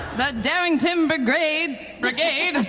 the darrington brigrade brigade